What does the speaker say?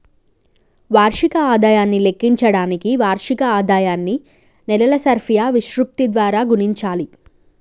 వార్షిక ఆదాయాన్ని లెక్కించడానికి వార్షిక ఆదాయాన్ని నెలల సర్ఫియా విశృప్తి ద్వారా గుణించాలి